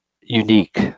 unique